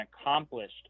accomplished